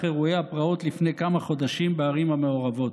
אירועי הפרעות לפני כמה חודשים בערים המעורבות,